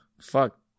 Fuck